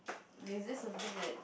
is there something that